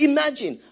Imagine